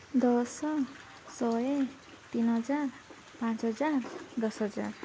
ଦଶ ଶହେ ଶହେ ତିନି ହଜାର ପାଞ୍ଚ ହଜାର ଦଶ ହଜାର